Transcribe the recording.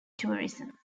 tourism